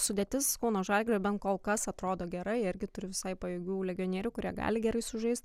sudėtis kauno žalgirio bent kol kas atrodo gera irgi turi visai pajėgių legionierių kurie gali gerai sužaist